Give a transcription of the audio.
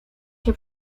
się